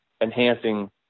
enhancing